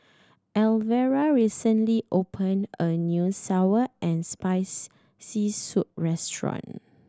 Elvera recently opened a new sour and spice C soup restaurant